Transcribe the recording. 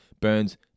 Burns